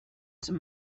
some